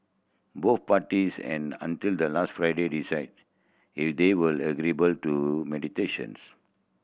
both parties an until the last Friday decide they were agreeable to meditations